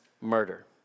murder